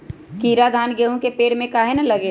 कीरा धान, गेहूं के पेड़ में काहे न लगे?